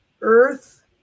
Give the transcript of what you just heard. Earth